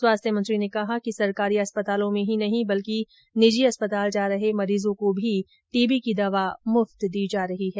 स्वास्थ्य मंत्री ने कहा कि सरकारी अस्पतालों में ही नहीं बल्कि निजी अस्पताल जा रहे मरीजों को भी टीबी की दवा मुफ्त दी जा रही है